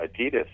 Adidas